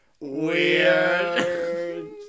weird